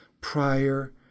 prior